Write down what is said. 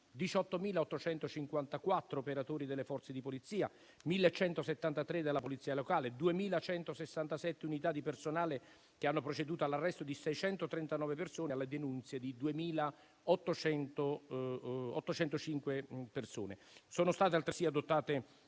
18.854 operatori delle Forze di polizia, 1.173 della Polizia locale, 2.167 unità di personale che hanno proceduto all'arresto di 639 persone e alla denuncia di 2.805 persone. Sono state altresì adottate